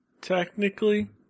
Technically